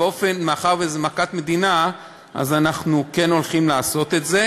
אבל מאחר שזו מכת מדינה אז אנחנו כן הולכים לעשות את זה,